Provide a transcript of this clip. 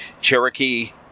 Cherokee